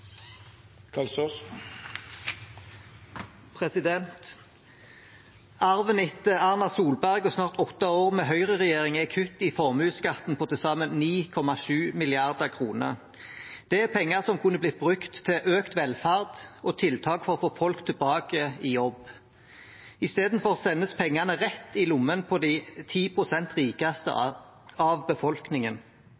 Erna Solberg og snart åtte år med høyreregjering er kutt i formuesskatten på til sammen 9,7 mrd. kr. Det er penger som kunne ha blitt brukt til økt velferd og tiltak for å få folk tilbake i jobb. Istedenfor sendes pengene rett i lommene på de 10 pst. rikeste